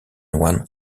one